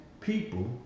people